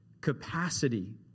capacity